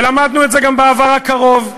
ולמדנו את זה גם בעבר הקרוב.